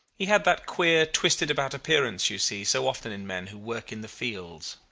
he had that queer twisted-about appearance you see so often in men who work in the fields.